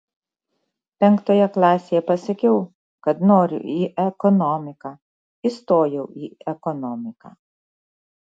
penktoje klasėje pasakiau kad noriu į ekonomiką įstojau į ekonomiką